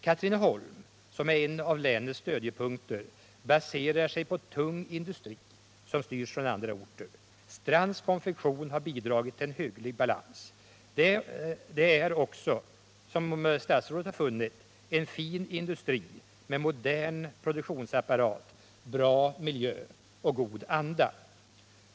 Katrineholm, som är en av länets stödjepunkter, baserar sig på tung industri som styrs från andra orter. Strands Konfektion har bidragit till hygglig balans. Det är, som också statsrådet har funnit, en fin industri med modern produktionsapparat, bra miljö och god anda.